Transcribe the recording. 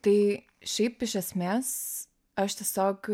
tai šiaip iš esmės aš tiesiog